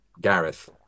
Gareth